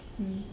mm